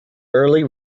early